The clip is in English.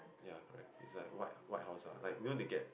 ya correct is like white white house ah you know they get